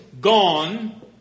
gone